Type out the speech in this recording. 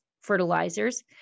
fertilizers